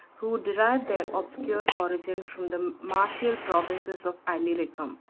who derived their obscure origin from the martial provinces of illyricum.